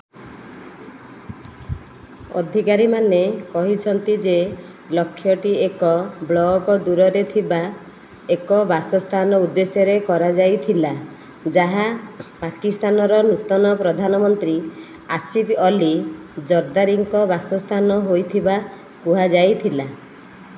ଅଧିକାରୀମାନେ କହିଛନ୍ତି ଯେ ଲକ୍ଷ୍ୟଟି ଏକ ବ୍ଲକ୍ ଦୂରରେ ଥିବା ଏକ ବାସସ୍ଥାନ ଉଦ୍ଦେଶ୍ୟରେ କରାଯାଇଥିଲା ଯାହା ପାକିସ୍ତାନର ନୂତନ ପ୍ରଧାନମନ୍ତ୍ରୀ ଆସିଫ୍ ଅଲି ଜର୍ଦାରୀଙ୍କ ବାସସ୍ଥାନ ହୋଇଥିବା କୁହାଯାଇଥିଲା